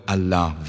Allah